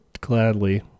gladly